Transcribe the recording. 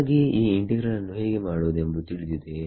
ನಮಗೆ ಈ ಇಂಟಿಗ್ರಲ್ ನ್ನು ಹೇಗೆ ಮಾಡುವುದು ಎಂಬುದು ತಿಳಿದಿದೆಯೇ